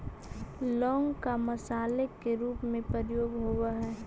लौंग का मसाले के रूप में प्रयोग होवअ हई